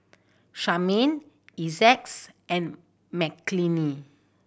Carmine Essex and Mckinley